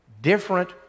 different